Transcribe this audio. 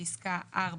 בפסקה (4),